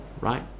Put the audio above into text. right